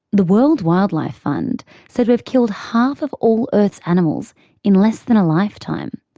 the world wildlife fund said we've killed half of all earth's animals in less than a lifetime.